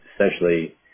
essentially